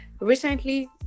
recently